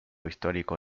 histórico